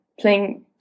playing